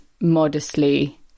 modestly